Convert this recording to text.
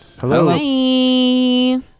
Hello